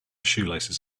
shoelaces